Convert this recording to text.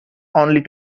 only